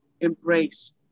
embrace